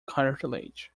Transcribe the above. cartilage